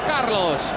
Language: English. Carlos